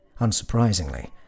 Unsurprisingly